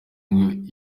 ngo